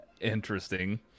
Interesting